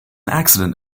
accident